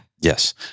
Yes